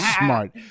smart